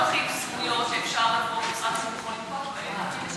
יש דרכים סמויות שאפשר לבוא, והמשרד יכול לנקוט.